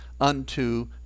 unto